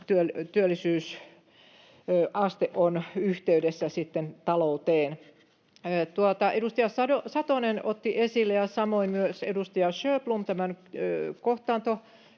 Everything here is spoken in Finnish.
työllisyysaste on yhteydessä talouteen. Edustaja Satonen ja samoin myös edustaja Sjöblom otti